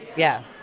yeah.